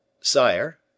Sire